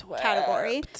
category